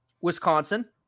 Wisconsin